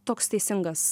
toks teisingas